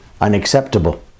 unacceptable